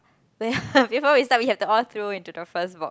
yeah before we start we have to all throw into the first box